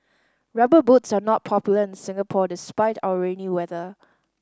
Rubber Boots are not popular in Singapore despite our rainy weather